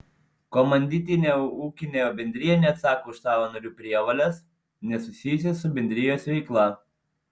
komanditinė ūkinė bendrija neatsako už savo narių prievoles nesusijusias su bendrijos veikla